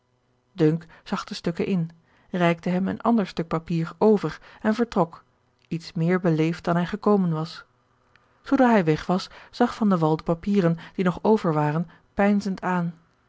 zag de stukken in reikte hem een ander stuk papier over en vertrok iets meer beleefd dan hij gekomen was zoodra hij weg was zag van de wall de papieren die nog over waren peinzend aan